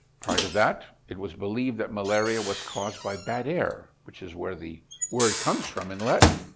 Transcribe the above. prior to that, it was believed that malaria was caused by bad air, which is where the word comes from in latin.